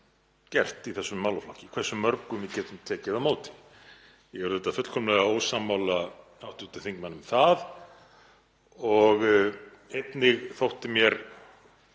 gert í þessum málaflokki, hversu mörgum við getum tekið á móti. Ég er auðvitað fullkomlega ósammála hv. þingmanni um það. Einnig þótti mér